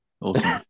Awesome